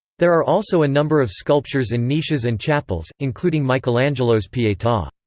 there are also a number of sculptures in niches and chapels, including michelangelo's pieta.